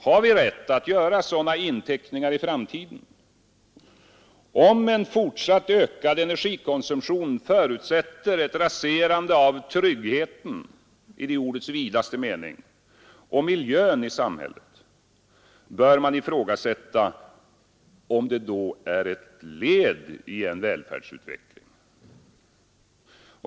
Har vi rätt att göra sådana inteckningar i framtiden? Om en fortsatt ökad energikonsumtion förutsätter ett raserande av tryggheten i det ordets vidaste mening och miljön i samhället bör man ifrågasätta om det då är ett led i en välfärdsutveckling.